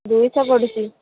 ଦୁଇଶହ ପଡ଼ୁଛି